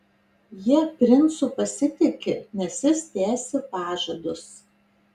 jie princu pasitiki nes jis tesi pažadus